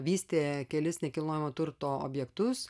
vystė kelis nekilnojamo turto objektus